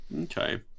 okay